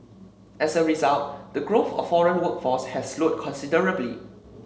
as a result the growth of foreign workforce has slowed considerably